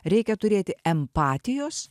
reikia turėti empatijos